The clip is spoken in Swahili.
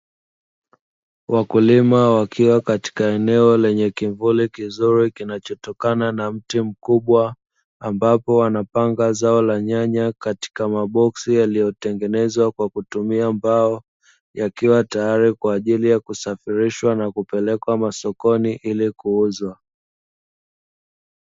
Wakulima wakiwa katika eneo lenye kimvuli kizuri kinachotokana na mti mkubwa, ambapo wanapanga zao la nyanya katika maboksi yaliyotengenezwa kwa kutumia mbao, yakiwa tayari kwa ajili ya kusafirishwa na kupelekwa masokoni ili kuuzwa.